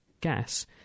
gas